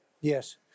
Yes